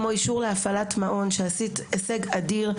כמו אישור להפעלת מעון שעשית הישג אדיר,